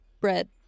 bread